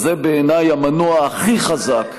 וזה בעיניי המנוע הכי חזק,